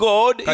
God